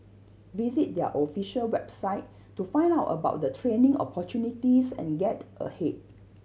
visit their official website to find out about the training opportunities and get ahead